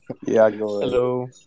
Hello